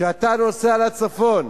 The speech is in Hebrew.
כשאתה נוסע לצפון,